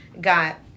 got